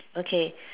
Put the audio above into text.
okay